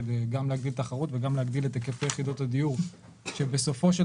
כדי להגדיל תחרות ולהגדיל את היקפי יחידות הדיור שבסופו של